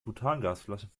butangasflaschen